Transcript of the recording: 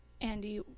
Andy